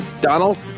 Donald